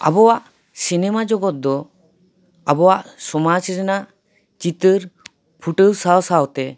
ᱟᱵᱚᱣᱟᱜ ᱥᱤᱱᱮᱢᱟ ᱡᱚᱜᱚᱛ ᱫᱚ ᱟᱵᱚᱣᱟᱜ ᱥᱚᱢᱟᱡᱽ ᱨᱮᱱᱟᱜ ᱪᱤᱛᱟᱹᱨ ᱯᱷᱩᱴᱟᱹᱣ ᱥᱟᱶᱼᱥᱟᱶᱛᱮ